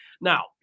Now